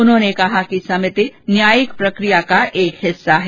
उन्होंने कहा कि समिति न्यायिक प्रक्रिया का एक हिस्सा है